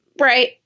Right